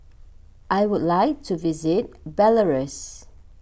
I would like to visit Belarus